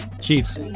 Chiefs